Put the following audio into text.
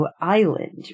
Island